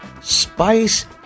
Spice